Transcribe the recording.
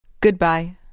Goodbye